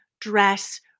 dress